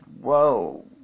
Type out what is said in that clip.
whoa